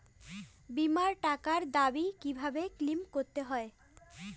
বিমার টাকার দাবি কিভাবে ক্লেইম করতে হয়?